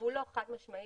והוא לא חד משמעי,